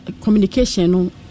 communication